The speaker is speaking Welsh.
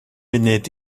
munud